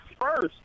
first